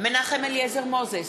מנחם אליעזר מוזס,